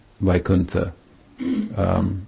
Vaikuntha